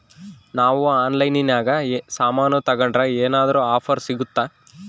ನಾವು ಆನ್ಲೈನಿನಾಗ ಸಾಮಾನು ತಗಂಡ್ರ ಏನಾದ್ರೂ ಆಫರ್ ಸಿಗುತ್ತಾ?